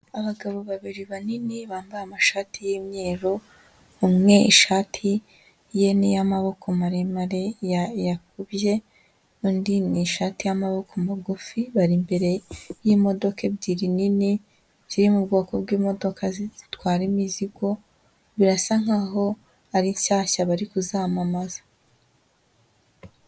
Abagabo babiri banini bambaye amashati y'imweru, umwe ishati ye n'iy'amaboko maremare yakubye, undi ni ishati y'amaboko magufi, bari imbere y'imodoka ebyiri nini ziri mu bwoko bw'imodoka zitwara imizigo birasa nk'aho ari shyashya bari kuzamamaza.